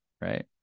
right